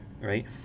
right